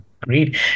great